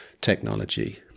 technology